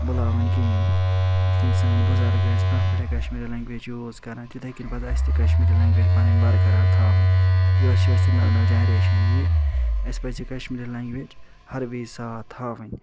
بھُلاوٕنۍ کِہیٖنۍ یِتھ کٔنۍ سٲنۍ بُزرٕگ ٲسۍ برٛونٛٹھ پٮ۪ٹھٔے کشمیٖری لنٛگویج یوٗز کَران تِتھٔے کٔنۍ پَزِ اسہِ تہِ کشمیری لنٛگویج پنٕنۍ برقرار تھاوٕنۍ یۄس یۄس یہِ نٔوٚو نٔوٚو جنریٚشن یِیہِ اسہِ پَزِ یہِ کشمیری لنٛگویج ہر وِزِ ساتھ تھاوٕنۍ